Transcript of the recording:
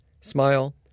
Smile